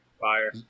fire